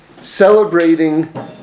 celebrating